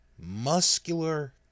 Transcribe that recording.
muscular